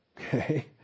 Okay